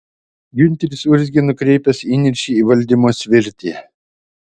giunteris urzgė nukreipęs įniršį į valdymo svirtį